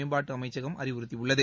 மேம்பாட்டு அமைச்சகம் அறிவுறுத்தியுள்ளது